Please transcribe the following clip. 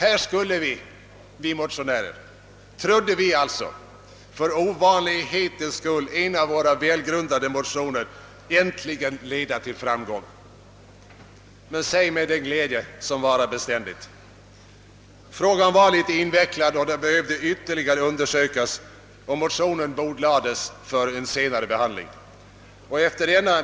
Här skulle, trodde vi motionärer, för ovanlighetens skull en av våra välgrundade motioner äntligen leda till framgång. Men säg mig den glädje som varar beständigt! Frågan var litet invecklad och behövde undersökas ytterligare. Motionen bordlades alltså för en senare behandling.